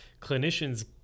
clinicians